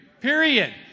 Period